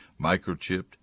microchipped